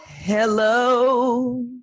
Hello